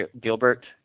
Gilbert